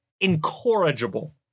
incorrigible